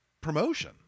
promotion